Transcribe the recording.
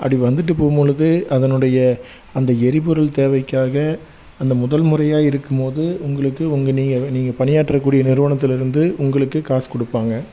அப்படி வந்துட்டு போகும் பொழுது அதனுடைய அந்த எரிபொருள் தேவைக்காக அந்த முதல் முறையாக இருக்கும் போது உங்களுக்கு உங்கள் நீங்கள் நீங்கள் பணியாற்றக்கூடிய நிறுவனத்துலிருந்து உங்களுக்கு காசு கொடுப்பாங்க